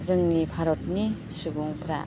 जोंनि भारतनि सुबुंफ्रा